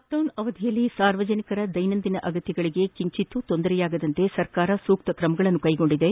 lockdown ಅವಧಿಯಲ್ಲಿ ಸಾರ್ವಜನಿಕರ ದೈನಂದಿನ ಅಗತ್ಯಗಳಿಗೆ ಕಿಂಚಿತ್ತೂ ಕೊರತೆಯಾಗದಂತೆ ಸರ್ಕಾರ ಸೂಕ್ತ ಕ್ರಮಗಳನ್ನು ಕೈಗೊಂಡಿದೆ